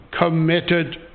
committed